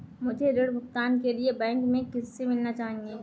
मुझे ऋण भुगतान के लिए बैंक में किससे मिलना चाहिए?